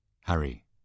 Harry